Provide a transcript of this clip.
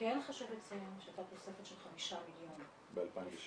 --- כן חשוב לציין שהייתה תוספת של 5 מיליון ב-2016.